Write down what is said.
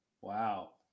Wow